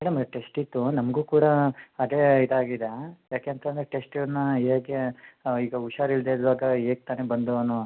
madam test ಇತ್ತು ನಮಗೂ ಕೂಡ ಅದೇ ಇದಾಗಿದೆ ಯಾಕಂತಂದರೆ ಟೆಸ್ಟ್ ಇರೋದನ್ನ ಹೇಗೆ ಈಗ ಹುಷಾರಿಲ್ದೆ ಇದ್ದಾಗ ಹೇಗ್ ತಾನೇ ಬಂದು ಅವನು